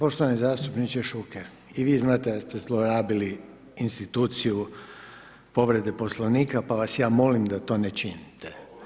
Poštovani zastupniče Šuker, i vi znate da ste zlorabili instituciju povrede Poslovnika, pa vas ja molim da to ne činite.